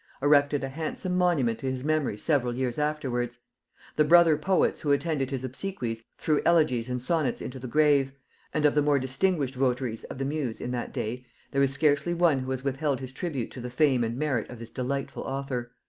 erected a handsome monument to his memory several years afterwards the brother-poets who attended his obsequies threw elegies and sonnets into the grave and of the more distinguished votaries of the muse in that day there is scarcely one who has withheld his tribute to the fame and merit of this delightful author.